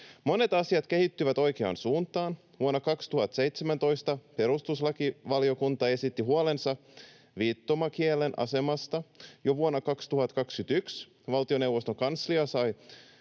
Monet asiat kehittyvät oikeaan suuntaan: vuonna 2017 perustuslakivaliokunta esitti huolensa viittomakielen asemasta, ja jo vuonna 2021 valtioneuvoston kanslia sai